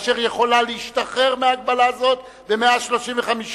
והיא יכולה להשתחרר מהגבלה זאת ב-135(ב).